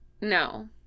no